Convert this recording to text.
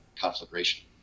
conflagration